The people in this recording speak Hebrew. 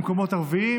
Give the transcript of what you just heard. במקומות ערביים,